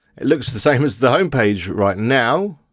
it looks the same as the home page right now,